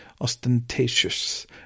ostentatious